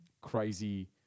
crazy